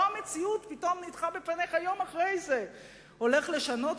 לא המציאות פתאום הוטחה בפניך יום אחרי זה הולך לשנות,